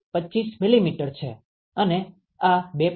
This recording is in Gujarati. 25 મીલીમીટર છે અને આ 2